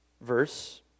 verse